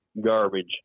garbage